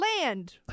land